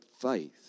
faith